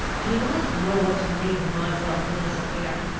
i do not know what to make of myself in this affair.